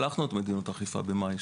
שלחנו לוועדה את מדיניות האכיפה בחודש מאי.